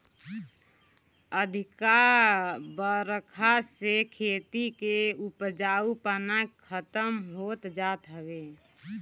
अधिका बरखा से खेती के उपजाऊपना खतम होत जात हवे